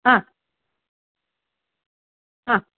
हा हा